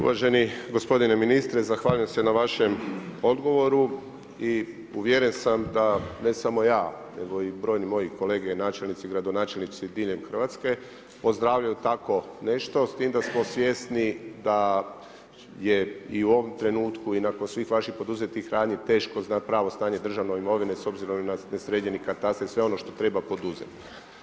Uvaženi gospodine ministre, zahvaljujem se na vašem odgovoru i uvjeren sam da ne samo ja, nego i brojni moji kolege načelnici, gradonačelnici diljem Hrvatske pozdravljaju tako nešto s tim da smo svjesni da je i u ovom trenutku i nakon svih vaših poduzetih radnji teško znati pravo stanje državne imovine s obzirom na nesređeni katastar i sve ono što treba poduzeti.